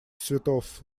цветов